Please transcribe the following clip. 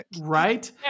right